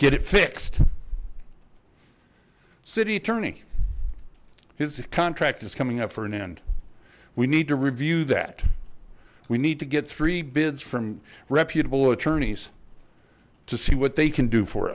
get it fixed city attorney his contract is coming up for a new and we need to review that we need to get three bids from reputable attorneys to see what they can do for